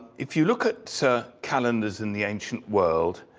if you look at so calendars in the ancient world,